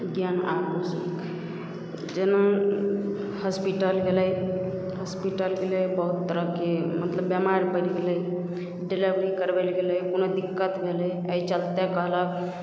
जेना हॉसपिटल गेलै हॉसपिटल गेलै बहुत तरहके मतलब बेमार पड़ि गेलै डिलिवरी करबैलए गेलै कोनो दिक्कत नहि भेलै एहि चलिते कहलक